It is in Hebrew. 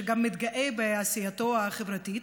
שגם מתגאה בעשייתו החברתית,